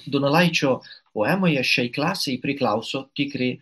donelaičio poemoje šiai klasei priklauso tikri